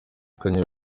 kanye